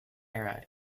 era